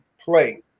play